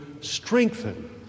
strengthen